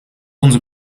onze